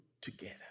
together